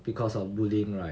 because of bullying right